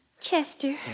Chester